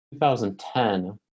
2010